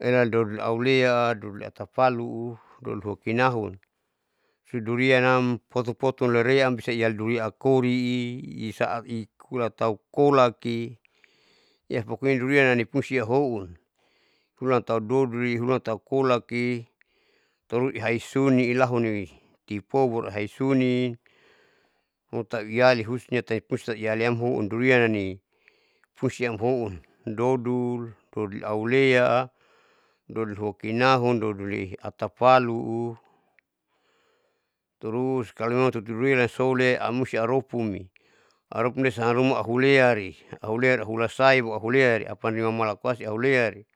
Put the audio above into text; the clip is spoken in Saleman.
Elali dodol aulea dodoli atapalu dodol kinahun sudurian nam poto poton laream bisa ialidurian akori isaati ikulan taukolaki pokonya durianam nipunsi hahoun hulan tahu dodoli hulantau kolaki tarus ihaisuni ilahui ipobor aisuni utauiali husunya tau husustau ialiam houn durianamni pungsi hamhoun dodul ori aulea, dodollikinahun dodolatapalu turus kalomemang tutu durianam hule amusti aropu aropumi lesa haruma huleri au rea auhulaisai baru hureli apan limamala koasi aureali